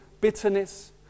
bitterness